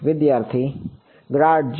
વિદ્યાર્થી Grad g